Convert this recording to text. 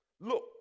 Look